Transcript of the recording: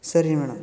ಸರಿ ಮೇಡಮ್